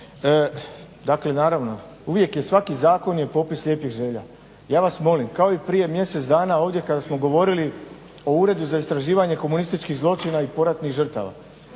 Dakle, naravno uvijek je svaki zakon je popis lijepih želja. Ja vas molim kao i prije mjesec dana ovdje kada smo govorili o Uredu za istraživanje komunističkih zločina i poratnih žrtava